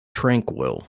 tranquil